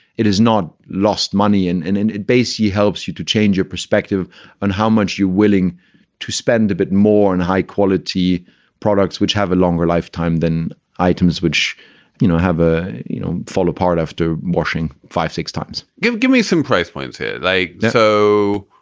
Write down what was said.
it is not lost money. and and and it basically helps you to change your perspective on how much you're willing to spend a bit more on high quality products which have a longer lifetime than items which you know have a you know fall apart after washing five or six times give give me some price points here they like so